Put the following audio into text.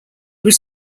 was